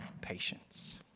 patience